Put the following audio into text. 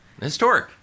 Historic